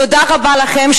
תודה רבה לכן.